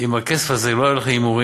אם הכסף הזה לא היה הולך להימורים,